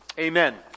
Amen